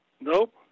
Nope